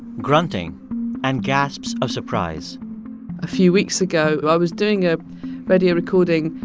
grunting and gasps of surprise a few weeks ago, i was doing a radio recording,